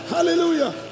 Hallelujah